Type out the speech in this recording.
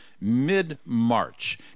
mid-March